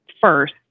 first